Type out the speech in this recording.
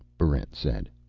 barrent said.